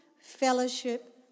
fellowship